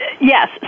Yes